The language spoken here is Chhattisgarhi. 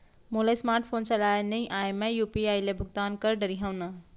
मोला स्मार्ट फोन चलाए नई आए मैं यू.पी.आई ले भुगतान कर डरिहंव न?